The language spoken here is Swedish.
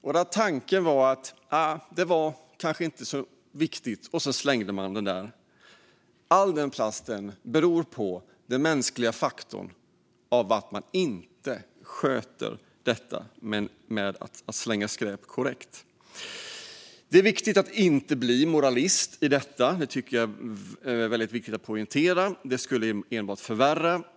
Man tänkte att det kanske inte var så viktigt, och så slängde man den. All den plasten beror på den mänskliga faktorn att man inte sköter detta med att slänga skräp korrekt. Det är viktigt att inte bli moralist i detta. Det tycker jag är väldigt viktigt att poängtera. Det pekfingret skulle enbart förvärra.